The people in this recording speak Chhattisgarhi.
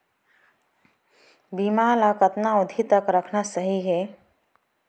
बीमा ल कतना अवधि तक रखना सही हे?